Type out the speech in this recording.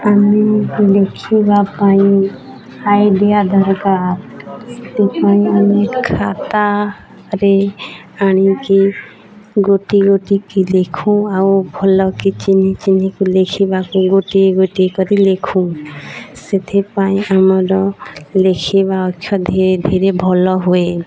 ଆମେ ଲେଖିବା ପାଇଁ ଆଇଡ଼ିଆ ଦରକାର ସେଥିପାଇଁ ଆମେ ଖାତାରେ ଆଣିକି ଗୋଟି ଗୋଟିକି ଲେଖୁ ଆଉ ଭଲ କି ଚିହ୍ନି ଚିହ୍ନିକି ଲେଖିବାକୁ ଗୋଟିଏ ଗୋଟିଏ କରି ଲେଖୁ ସେଥିପାଇଁ ଆମର ଲେଖିବା ଅକ୍ଷର ଧୀରେ ଧୀରେ ଭଲ ହୁଏ